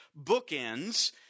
bookends